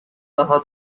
daha